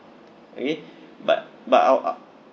okay but but I w~ uh